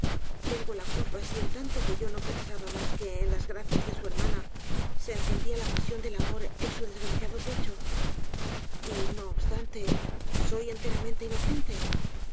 tengo la culpa si en tanto que yo no pensaba mas que en las gracias de su hermana se encendía la pasión del amor en su desgraciado pecho y no obstante soy enteramente inocente